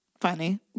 Funny